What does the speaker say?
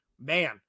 man